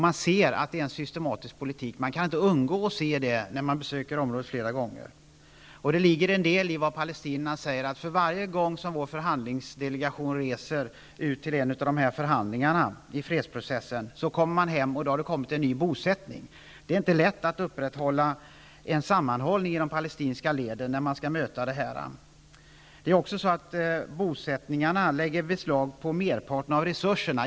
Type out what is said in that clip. Man ser att det är en systematisk politik som förs -- man kan inte undgå att se det när man besöker området flera gånger. Det ligger en del i vad palestinierna säger: För varje gång som vår förhandlingsdelegation reser till en av dessa förhandlingar i fredsprocessen, har det blivit en ny bosättning när de kommer hem. Det är inte lätt att upprätthålla en sammanhållning i de palestinska leden när man möts av sådant. Bosättningarna lägger också beslag på merparten av resurserna.